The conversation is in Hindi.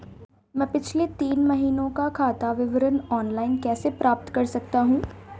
मैं पिछले तीन महीनों का खाता विवरण ऑनलाइन कैसे प्राप्त कर सकता हूं?